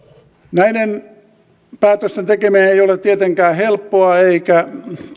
näiden päätösten tekeminen ei ole tietenkään helppoa eikä